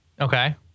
Okay